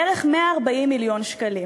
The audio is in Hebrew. בערך 140 מיליון שקלים.